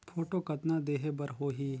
Photo कतना देहें बर होहि?